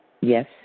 Yes